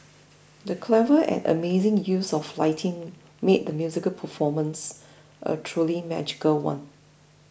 the clever and amazing use of lighting made the musical performance a truly magical one